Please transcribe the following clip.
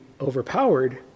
overpowered